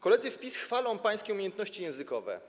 Koledzy w PiS chwalą pańskie umiejętności językowe.